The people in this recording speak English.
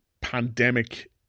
pandemic